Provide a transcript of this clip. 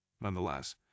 Nonetheless